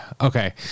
okay